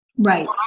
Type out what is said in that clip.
Right